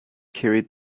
carried